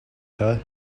her